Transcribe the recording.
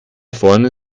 vorne